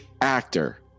actor